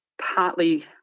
partly